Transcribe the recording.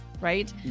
right